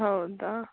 ಹೌದಾ